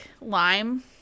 lime